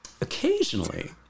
occasionally